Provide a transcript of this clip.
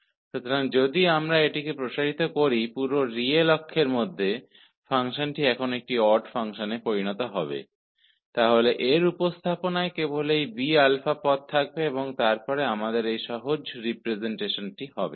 इसलिए यदि हम इसे इस प्रकार बढ़ाते हैं कि संपूर्ण वास्तविक अक्ष में फ़ंक्शन अब एक ओड फ़ंक्शन बन गया है तो इसके रिप्रजेंटेशन में केवल यह Bα पद होंगे और तब हमारे पास यह सरल रिप्रजेंटेशनहोगा